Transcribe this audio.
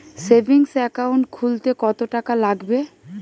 Savings account খুলতে কতটাকা লাগবে?